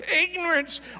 ignorance